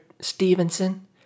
Stevenson